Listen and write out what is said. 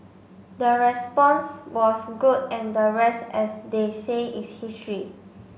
the response was good and the rest as they say is history